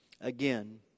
again